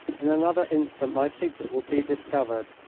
in another instant my secret would be discovered.